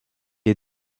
est